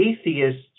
atheists